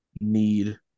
need